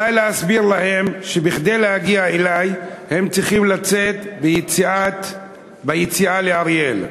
עלי להסביר להם שכדי להגיע אלי הם צריכים לצאת ביציאה לאריאל,